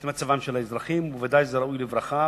את מצבם של האזרחים, בוודאי זה ראוי לברכה.